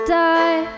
die